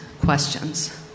questions